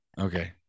okay